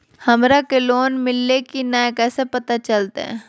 हमरा के लोन मिल्ले की न कैसे पता चलते?